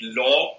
law